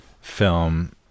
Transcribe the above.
film